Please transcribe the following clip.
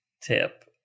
tip